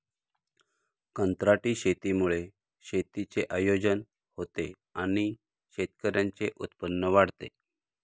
कंत्राटी शेतीमुळे शेतीचे आयोजन होते आणि शेतकऱ्यांचे उत्पन्न वाढते